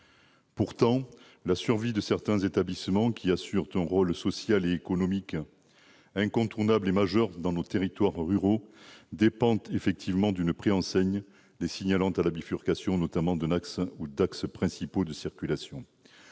Pourtant, la survie de certains établissements qui assurent un rôle social et économique incontournable et majeur dans nos territoires ruraux dépend effectivement d'une préenseigne les signalant à la bifurcation, notamment, d'un axe ou d'axes principaux de circulation.